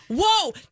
Whoa